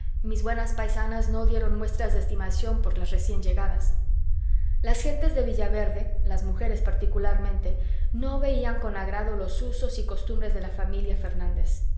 mis buenas paisanas no dieron muestras de estimación por las recién llegadas las gentes de villaverde las mujeres particularmente no veían con agrado los usos y costumbres de la familia fernández